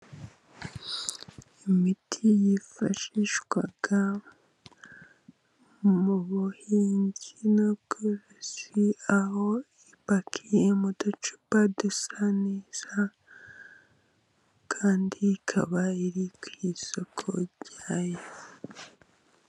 Imiti yifashishwa mu buhinzi nu'bworozi, aho ipakiye mu ducupa dusa neza, kandi ikaba iri ku isoko ryayo.